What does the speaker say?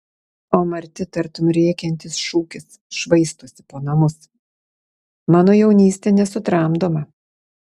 o marti tartum rėkiantis šūkis švaistosi po namus mano jaunystė nesutramdoma